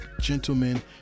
gentlemen